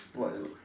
what is it